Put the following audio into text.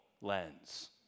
lens